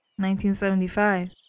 1975